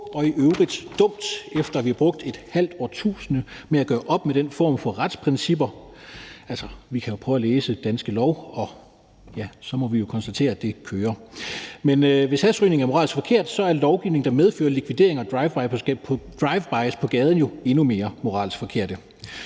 er i øvrigt dumt, efter at vi har brugt et halvt årtusinde på at gøre op med den form for retsprincipper. Altså, vi kan jo prøve at læse Danske Lov, og så må vi jo konstatere, at det kører. Men hvis hashrygning er moralsk forkert, er lovgivning, der medfører likvideringer af drivebys på gaden, jo endnu mere moralsk forkert.